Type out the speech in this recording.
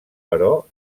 però